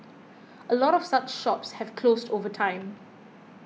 a lot of such shops have closed over time